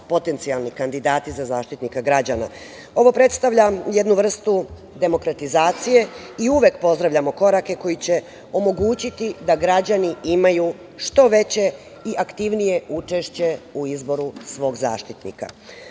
potencijalni kandidati za Zaštitnika građana i ovo predstavlja jednu vrstu demokratizacije, i uvek pozdravljamo korake koji će omogućiti da građani imaju što veće i aktivnije učešće u izboru svog Zaštitnika. Naravno,